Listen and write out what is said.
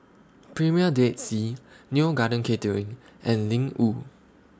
Premier Dead Sea Neo Garden Catering and Ling Wu